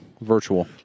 Virtual